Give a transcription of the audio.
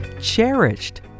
cherished